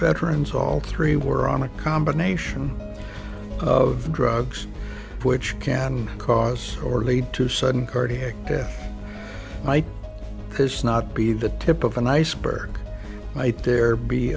veterans all three were on a combination of drugs which can cause or lead to sudden cardiac death might not be the tip of an iceberg might there be